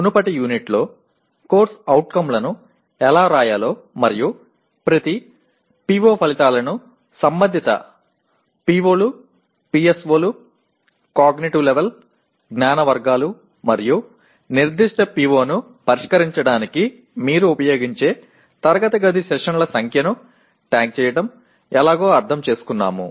మునుపటి యూనిట్లో course outcome లను ఎలా వ్రాయాలో మరియు ప్రతి PO ఫలితాలను సంబంధిత PO లు PSO లు కాగ్నిటివ్ లెవెల్ జ్ఞాన వర్గాలు మరియు నిర్దిష్ట PO ని పరిష్కరించడానికి మీరు ఉపయోగించే తరగతి గది సెషన్ల సంఖ్యను ట్యాగ్ చేయడం ఎలాగో అర్థం చేసుకున్నాము